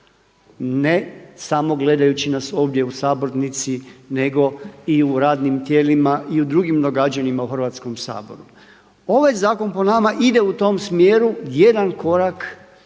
ne samo gledajući nas ovdje u sabornici nego i u radnim tijelima i u drugim događanjima u Hrvatskom saboru. Ovaj zakon po nama ide u tom smjeru jedan korak